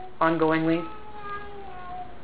ongoingly